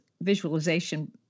visualization